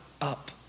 up